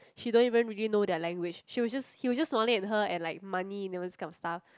she don't even really know their language she was just he was just smiling at her and like money you know this kind of stuff